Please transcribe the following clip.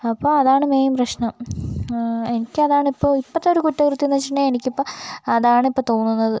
അപ്പം അതാണ് മെയിൻ പ്രശ്നം എനിക്കതാണിപ്പോൾ ഇപ്പോഴത്തെ ഒരു കുറ്റകൃത്യമെന്ന് വെച്ചിട്ടുണ്ടെങ്കിൽ എനിക്കിപ്പോൾ അതാണിപ്പോൾ തോന്നുന്നത്